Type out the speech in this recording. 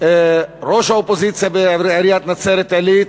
ראש האופוזיציה בעיריית נצרת-עילית,